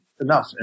enough